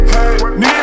Need